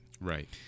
right